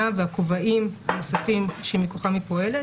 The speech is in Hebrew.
והכובעים הנוספים שמכוחם היא פועלת